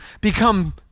become